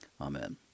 Amen